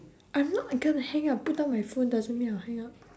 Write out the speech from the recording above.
I'm not gonna hang up put down my phone doesn't mean I'll hang up